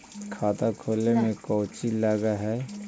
खाता खोले में कौचि लग है?